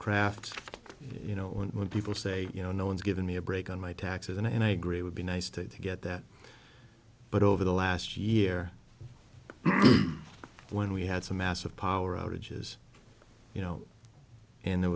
crafts you know when people say you know no one's giving me a break on my taxes and i agree it would be nice to get that but over the last year when we had some massive power outages you know and th